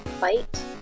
fight